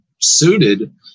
suited